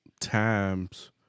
times